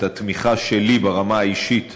את התמיכה שלי ברמה האישית